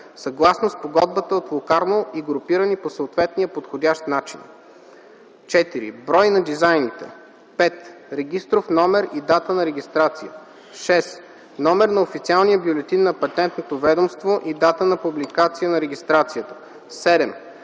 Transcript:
съгласно Спогодбата от Локарно и групирани по съответния подходящ начин; 4. брой на дизайните; 5. регистров номер и дата на регистрация; 6. номер на Официалния бюлетин на Патентното ведомство и дата на публикация на регистрацията; 7.